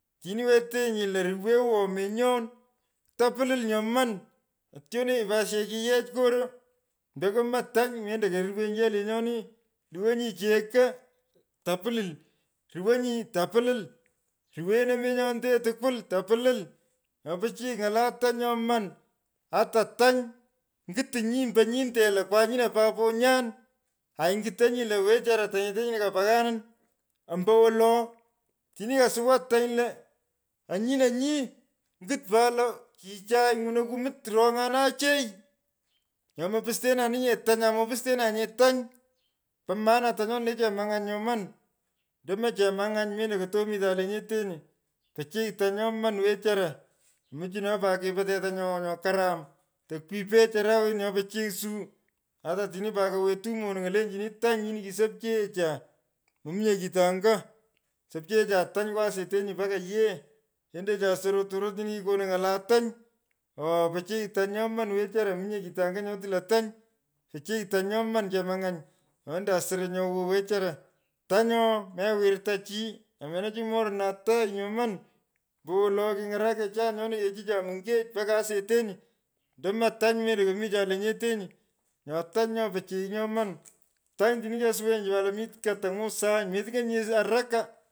Otini wetenyi lo ruwewo menyon. tapilil nyoman. atyonenyi pat asiyech kiyech korondoko mo tany mendo keruwenyi yee lenyoni. luwenyi cheko. tapililruwonyi tapilil. ruwewono menyonte tukwol tapilil. nyo pichiy ny’ala tany nyoman ata tany ny’utinyii ombo nyinde lo kwanyino paponyan ainyutonyi lo wechara tanyete nyino kapaghanin ombo wolo atini kasuwa tany onyino nyi ngut pa lo nywuno kumut rony’anin achei. Nyo mo pustenaninyee tany amopustenunye tany po maana tunyoni le chemung’any nyoman andomo chemang’any. mendo kotomitan lenyete. pichiy tany nyoman wechara. michino pat keipei tetanyo nyo karam tokwipech arawet nyo pichiy suu. ata atoni pat kowetu moninyo lenchini tany nyini kisopcheecha mominye kitpo anga. Sopcheecha tany nyo asetenyi mpaka yee. Lendecha soro tororot nyini ki konu ny’ala tany oo pichy tany nyoman wechora mominye kitu anya nyo tiloy tany. Pichiy tany nyoman chemongany nyo endan soro wow wechora; tany oo mewirta chi namena chi morna tagh nyoman ombowolo kiny’arakesha nyoni kechichaa minyech mpaka asetenyi. ndomo tany mendo komicha lenyenteni. nyo tany nyo pichiy. Tany otini kesuwenyi mik katang’u sany metuny’onyinyee haraka.